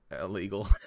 illegal